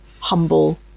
humble